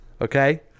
okay